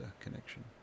connection